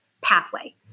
pathway